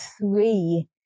three